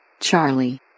Charlie